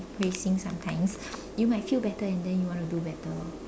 praising sometimes you might feel better and then you want to do better